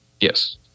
Yes